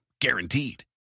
Guaranteed